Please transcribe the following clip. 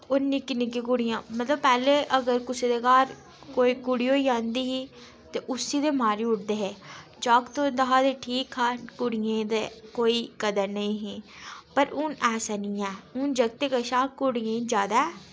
होर निक्की निक्की कुड़ियां मतलब पैह्लें अगर कुसै दे घर कोई कुड़ी होई जंदी ही ते उसी ते मारी उड़दे हे जागत होंदा हा ते ठीक हा कुड़ियें ते कोई कदर नेईं ही पर हून ऐसा नीं ऐ हून जागतें कशा कुड़ियें गी ज्यादा